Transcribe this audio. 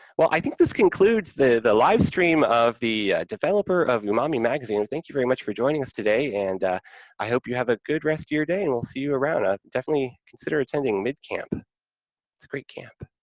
well, i think this concludes the live-stream of the developer of umami magazine. thank you very much for joining us today, and i hope you have a good rest of your day, and we'll see you around. ah definitely consider attending midcamp. it's a great camp.